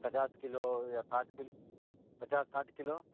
پچاس کلو یا ساٹھ کلو پچاس ساٹھ کلو